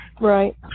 Right